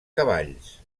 cavalls